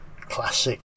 classic